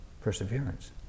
perseverance